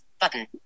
button